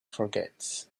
forgets